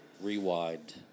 Rewind